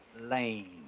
Lane